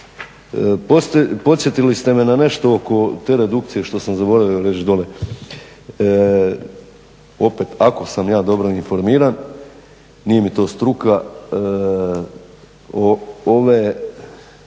podsjetili ste me na nešto oko te redukcije što sam zaboravio reći dole. Opet ako sam ja dobro informiran nije mi to struka, ove